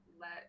let